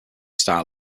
style